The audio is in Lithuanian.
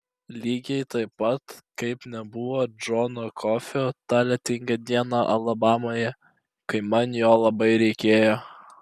lygiai taip pat kaip nebuvo džono kofio tą lietingą dieną alabamoje kai man jo labai reikėjo